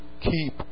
keep